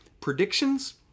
predictions